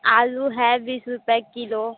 आलू है बीस रुपए किलो